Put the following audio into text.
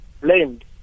blamed